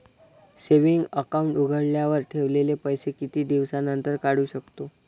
Saving account उघडल्यावर ठेवलेले पैसे किती दिवसानंतर काढू शकतो?